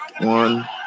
One